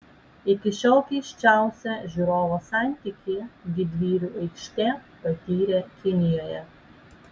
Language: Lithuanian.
iki šiol keisčiausią žiūrovo santykį didvyrių aikštė patyrė kinijoje